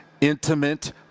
intimate